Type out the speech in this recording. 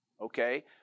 okay